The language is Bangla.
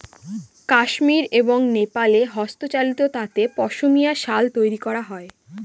কাশ্মির এবং নেপালে হস্তচালিত তাঁতে পশমিনা শাল তৈরী করা হয়